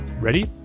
Ready